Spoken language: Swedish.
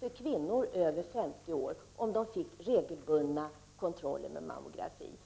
för kvinnor över 50 år, om de fick regelbundna kontroller med mammografi.